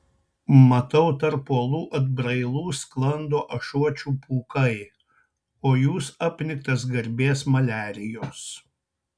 matau tarp uolų atbrailų sklando ašuočių pūkai o jūs apniktas garbės maliarijos